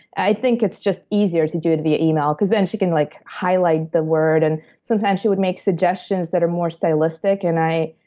i think it's just easier to do it via email because, then, she can like highlight the word. and sometimes, she would make suggestions that are more stylistic, and i